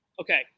Okay